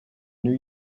new